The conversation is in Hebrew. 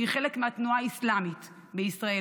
שהיא חלק מהתנועה האסלאמית בישראל,